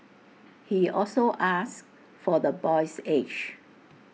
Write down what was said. he also asked for the boy's age